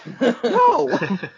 No